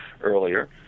earlier